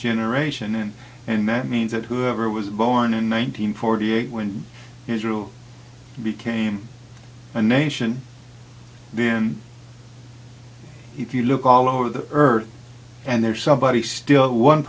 generation and that means that whoever was born in one thousand forty eight when israel became a nation been if you look all over the earth and there's somebody still one